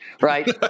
right